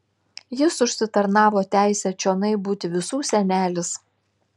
jis užsitarnavo teisę čionai būti visų senelis